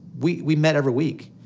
we we met every week.